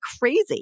crazy